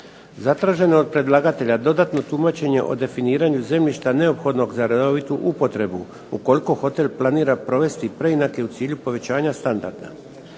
Zatraženo je od predlagatelja dodatno tumačenje o definiranju zemljišta neophodnog za redovitu upotrebu ukoliko hotel planira provesti preinake u cilju povećanja standarda.